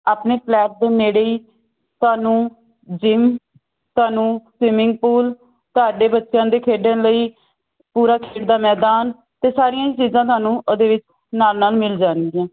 ਆਪਣੇ ਫਲੈਟ ਦੇ ਨੇੜੇ ਹੀ ਤੁਹਾਨੂੰ ਜਿੰਮ ਤੁਹਾਨੂੰ ਸਵਿਮਿੰਗ ਪੂਲ ਤੁਹਾਡੇ ਬੱਚਿਆਂ ਦੇ ਖੇਡਣ ਲਈ ਪੂਰਾ ਖੇਡ ਦਾ ਮੈਦਾਨ ਅਤੇ ਸਾਰੀਆਂ ਚੀਜ਼ਾਂ ਤੁਹਾਨੂੰ ਉਹਦੇ ਵਿੱਚ ਨਾਲ ਨਾਲ ਮਿਲ ਜਾਣਗੀਆਂ